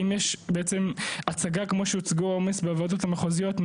אם יש בעצם הצגה כמו שהוצגו העומס בוועדות המחוזיות,